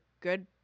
good